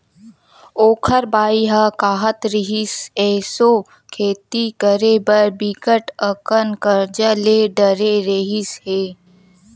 ओखर बाई ह काहत रिहिस, एसो खेती करे बर बिकट अकन करजा ले डरे रिहिस हे